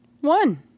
One